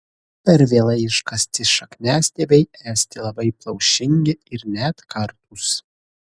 per vėlai iškasti šakniastiebiai esti labai plaušingi ir net kartūs